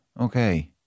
Okay